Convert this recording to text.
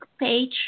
page